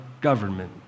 government